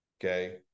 Okay